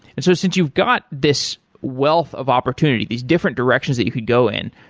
and so since you've got this wealth of opportunity, these different directions that you could go in,